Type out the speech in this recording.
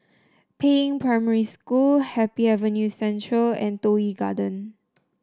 Peiying Primary School Happy Avenue Central and Toh Yi Garden